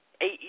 eight